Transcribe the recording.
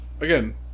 again